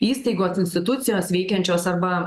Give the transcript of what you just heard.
įstaigos institucijos veikiančios arba